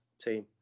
team